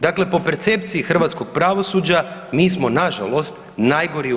Dakle po percepciji hrvatskog pravosuđa mi smo nažalost, najgori u EU.